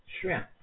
shrimp